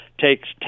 takes